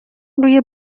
روی